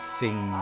sing